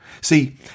See